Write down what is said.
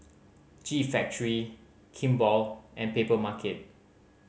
G Factory Kimball and Papermarket